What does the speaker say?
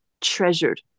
treasured